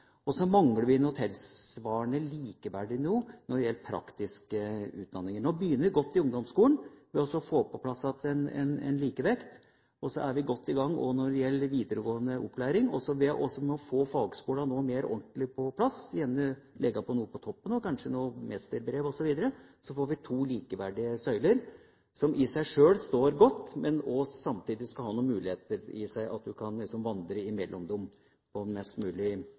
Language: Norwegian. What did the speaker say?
og så mangler vi noe tilsvarende likeverdig når det gjelder praktiske utdanninger. Nå begynner vi i ungdomsskolen å få godt på plass en likevekt, og vi er godt i gang også når det gjelder videregående opplæring. Så ber jeg også om å få fagskolene mer ordentlig på plass, gjerne legge noe på toppen, kanskje mesterbrev osv. Da får vi to likeverdige søyler som i seg sjøl står godt, men som samtidig skal ha noen muligheter i seg til at man liksom kan vandre mellom dem på en mest mulig